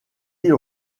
îles